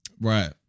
right